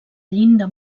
llinda